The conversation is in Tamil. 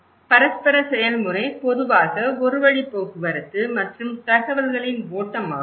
பரஸ்பர செயல்முறை பொதுவாக ஒரு வழி போக்குவரத்து மற்றும் தகவல்களின் ஓட்டம் ஆகும்